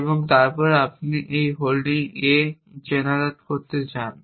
এবং তারপর আপনি এই হোল্ডিং a জেনারেট করতে চান